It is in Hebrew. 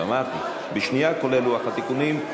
אמרתי: בשנייה, כולל לוח התיקונים.